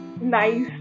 nice